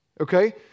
Okay